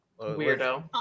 Weirdo